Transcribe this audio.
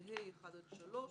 ו-(ה)(1) עד (3)